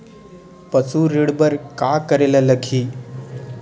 पशु ऋण बर का करे ला लगही?